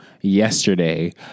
yesterday